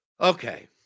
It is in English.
Okay